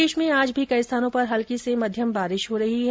प्रदेश में आज भी कई स्थानों पर हल्की से मध्यम बारिश हो रही है